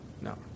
No